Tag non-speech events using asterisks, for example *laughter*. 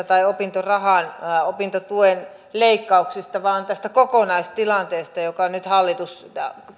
*unintelligible* tai opintorahan opintotuen leikkauksista vaan tästä kokonaistilanteesta jonka nyt hallitus